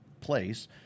place